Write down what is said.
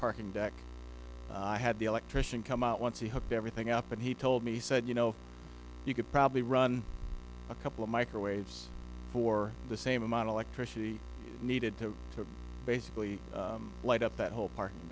parking deck i had the electrician come out once he hooked everything up and he told me he said you know you could probably run a couple of microwaves for the same amount electricity needed to basically light up that whole park